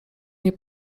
nie